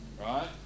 Right